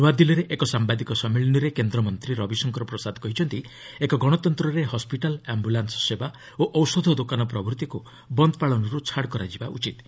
ନ୍ତଆଦିଲ୍ଲୀରେ ଏକ ସାମ୍ବାଦିକ ସମ୍ମିଳନୀରେ କେନ୍ଦ୍ରମନ୍ତ୍ରୀ ରବିଶଙ୍କର ପ୍ରସାଦ କହିଛନ୍ତି ଏକ ଗଣତନ୍ତ୍ରରେ ହସ୍କିଟାଲ୍ ଆମ୍ଭୁଲାନ୍କ ସେବା ଓ ଔଷଧ ଦୋକାନ ପ୍ରଭୂତିକୁ ବନ୍ଦ ପାଳନରୁ ଛାଡ଼ କରାଯିବା ଉଚିତ୍